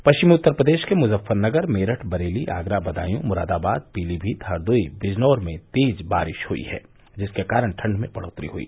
पश्चिमी उत्तर प्रदेश के मुजफ्फरनगर मेरठ बरेली आगरा बदायूं मुरादाबादहरदोई पीलीभीत और बिजनौर में तेज बारिश हुई है जिसके कारण ठण्ड में बढ़ोत्तरी हुई